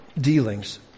dealings